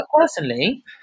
Personally